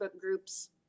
groups